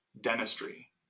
dentistry